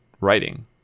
writing